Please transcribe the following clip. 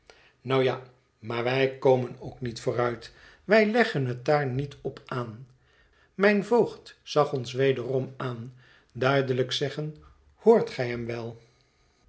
nu ja maar wij komen ook niet vooruit wij leggen het daar niet op aan mijn voogd zag ons wederom aan duidelijk zeggende hoort gij hem wel